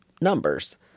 numbers